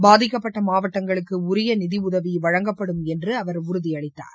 பாதிக்கப்பட்ட மாவட்டங்களுக்கு உரிய நிதியுதவி வழங்கப்படும் என்று அவர் உறதியளித்தார்